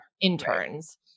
interns